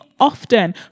often